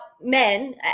men